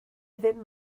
ddim